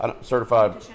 Certified